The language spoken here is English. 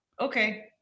Okay